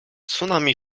tsunami